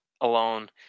alone